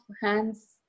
hands